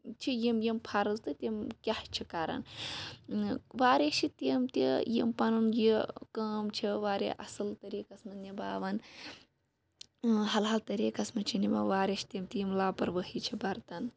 چھِ یِم یِم فرض تہٕ تِم کیاہ چھِ کران واریاہ چھِ تِم تہِ یِم پَنُن یہِ کٲم چھِ واریاہ اصٕل طٔریٖقَس مَنٛز نِباوان حَلحَال طٔریٖقَس مَنٛز چھِ نِباوان واریاہ چھِ تِم تہِ یِم لاپَرواہی چھِ بَرتان